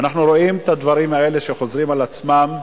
ואנחנו רואים את הדברים האלה, שחוזרים על עצמם,